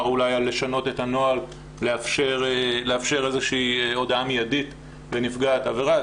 אולי על שינוי הנוהל ולאפשר איזושהי הודעה מיידית לנפגעת העבירה.